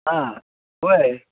हां होय